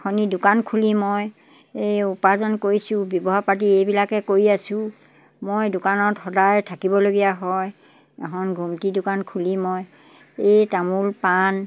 এখনি দোকান খুলি মই এই উপাৰ্জন কৰিছোঁ ব্যৱসায় পাতি এইবিলাকে কৰি আছোঁ মই দোকানত সদায় থাকিবলগীয়া হয় এখন ঘুমটি দোকান খুলি মই এই তামোল পাণ